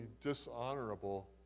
dishonorable